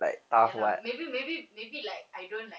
ya lah maybe maybe maybe like I don't like